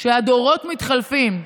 שהדורות מתחלפים.